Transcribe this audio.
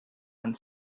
and